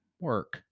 work